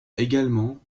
également